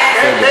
בסדר.